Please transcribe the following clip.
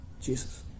Jesus